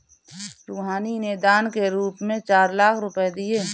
रूहानी ने दान के रूप में चार लाख रुपए दिए